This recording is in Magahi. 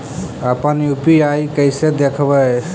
अपन यु.पी.आई कैसे देखबै?